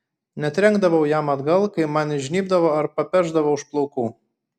netrenkdavau jam atgal kai man įžnybdavo ar papešdavo už plaukų